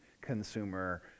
consumer